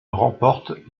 remporte